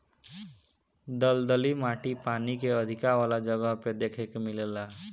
दलदली माटी पानी के अधिका वाला जगह पे देखे के मिलेला